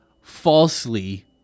falsely